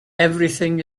everything